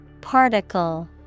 Particle